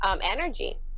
energy